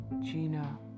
Gina